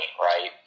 right